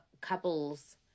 couple's